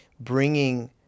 bringing –